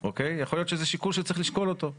- יכול להיות שזה שיקול שצריך לשקול אותו.